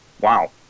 Wow